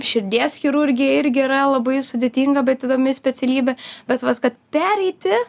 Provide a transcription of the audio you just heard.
širdies chirurgija irgi yra labai sudėtinga bet įdomi specialybė bet va kad pereiti